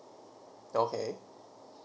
okay